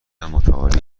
متعالی